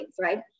right